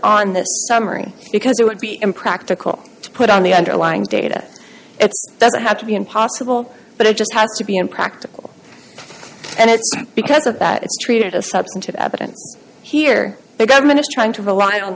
on this summary because it would be impractical to put on the underlying data it doesn't have to be impossible but it just has to be impractical and it's because of that it's treated as substantive evidence here the government is trying to rely on